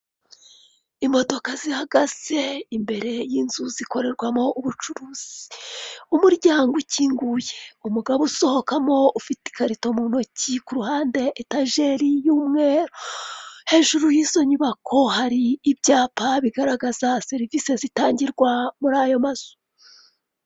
Aka kazu ni aka sosiyete y'itumanaho ya emutiyene, aho gakorerwamo bimwe mu bikorwa byayo ndetse bikaba bifasha abaturage kubibonera hafi, nko kuba bakwibikuriza amafaranga bakayabitsa ndetse bakayohereza.